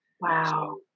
Wow